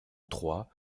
trois